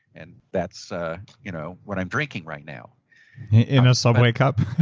and that's ah you know what i'm drinking right now in a subway cup?